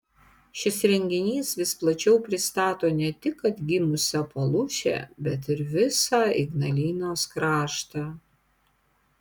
šis renginys vis plačiau pristato ne tik atgimusią palūšę bet ir visą ignalinos kraštą